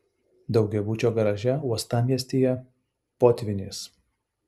daugiabučio garaže uostamiestyje potvynis